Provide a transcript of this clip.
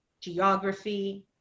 geography